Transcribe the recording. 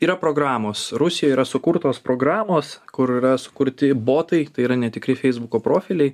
yra programos rusijoje yra sukurtos programos kur yra sukurti botai tai yra netikri feisbuko profiliai